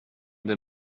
they